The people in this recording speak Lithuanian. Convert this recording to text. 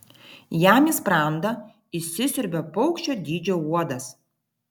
jam į sprandą įsisiurbia paukščio dydžio uodas